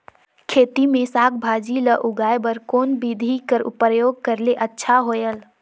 खेती मे साक भाजी ल उगाय बर कोन बिधी कर प्रयोग करले अच्छा होयल?